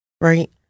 right